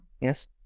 Yes